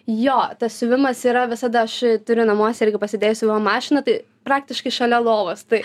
jo siuvimas yra visada aš turiu namuose irgi pasidėjus siuvimo mašiną tai praktiškai šalia lovos tai